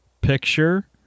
picture